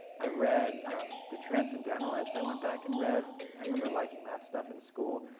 i read the transcendentalists. i went back and read i remember liking that stuff in school.